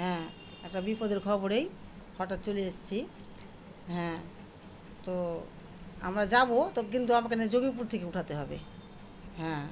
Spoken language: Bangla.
হ্যাঁ একটা বিপদের খবরেই হঠাৎ চলে এসেছি হ্যাঁ তো আমরা যাবো তো কিন্তু আপনাকে যোগীপুর থেকে উঠাতে হবে হ্যাঁ